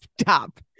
stop